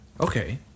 Okay